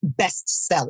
bestseller